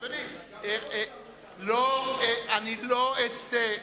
חברים, אני לא אסטה.